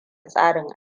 tsarin